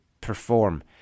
perform